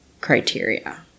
criteria